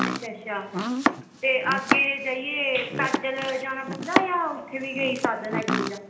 अच्छा अच्छा ते अग्गै जाइए पैदल जाना पौंदा जां उत्थै बी कोई साधन ऐ गड्डी दा